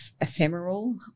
ephemeral